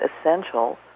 essentials